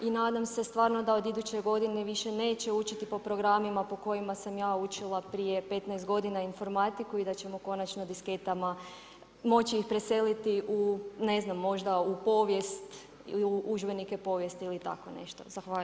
I nadam se da stvarno od iduće godine više neće učiti po programima po kojima sam ja učila prije 15 godina informatiku i da ćemo konačno disketama moći ih preseliti u, ne znam možda u povijest, u udžbenike povijesti ili tako nešto.